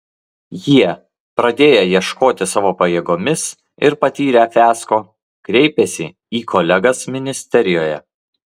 jie pradėję ieškoti savo pajėgomis ir patyrę fiasko kreipėsi į kolegas ministerijoje